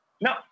No